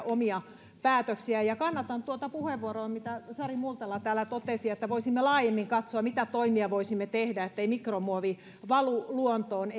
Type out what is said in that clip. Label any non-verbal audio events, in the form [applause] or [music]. [unintelligible] omia päätöksiä kannatan tuota puheenvuoroa sitä mitä sari multala täällä totesi että voisimme laajemmin katsoa mitä toimia voisimme tehdä ettei mikromuovi valu luontoon [unintelligible]